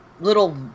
little